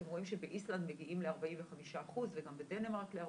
אתם רואים שבאיסלנד מגיעים ל-45% וגם בדנמרק ל-40%,